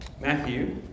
Matthew